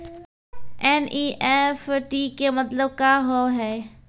NEFT के मतलब का होव हेय?